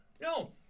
No